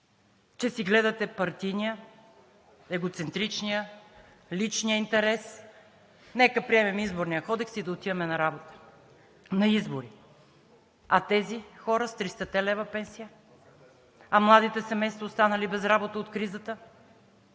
че си гледате партийния, егоцентричния, личния интерес? Нека приемем Изборния кодекс и да отиваме на избори. А тези хора с 300-те лв. пенсия? А младите семейства, останали без работа от кризата?